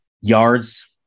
yards